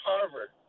Harvard